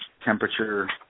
temperature